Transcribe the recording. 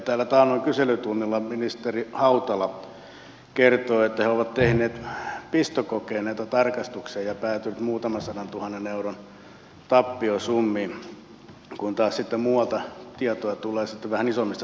täällä taannoin kyselytunnilla ministeri hautala kertoi että he ovat tehneet pistokokein näitä tarkastuksia ja päätyneet muutaman sadantuhannen euron tappiosummiin kun taas sitten muualta tietoa tulee vähän isommista summista